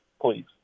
please